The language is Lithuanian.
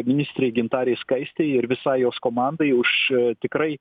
ministrei gintarei skaistei ir visai jos komandai už tikrai